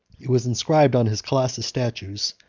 it was inscribed on his colossal statues,